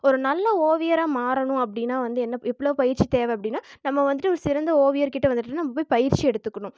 ஒரு நல்ல ஓவியராக மாறணும் அப்படின்னா வந்து என்ன எவ்வளோ பயிற்சி தேவை அப்படின்னா நம்ம வந்துவிட்டு ஒரு சிறந்த ஓவியர்கிட்ட வந்துவிட்டு நம்ம போய் பயிற்சி எடுத்துக்கணும்